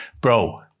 bro